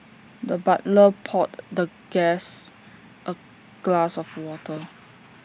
the butler poured the guest A glass of water